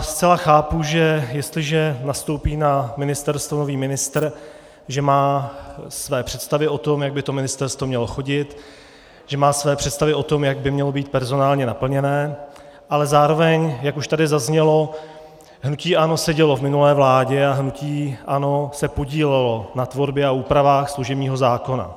Zcela chápu, že jestliže nastoupí na ministerstvo nový ministr, má své představy o tom, jak by to ministerstvo mělo chodit, má své představy o tom, jak by mělo být personálně naplněné, ale zároveň, jak už tady zaznělo, hnutí ANO sedělo v minulé vládě a hnutí ANO se podílelo na tvorbě a úpravách služebního zákona.